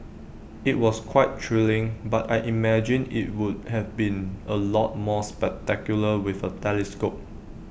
IT was quite thrilling but I imagine IT would have been A lot more spectacular with A telescope